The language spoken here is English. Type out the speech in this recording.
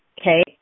okay